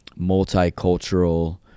multicultural